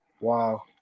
Wow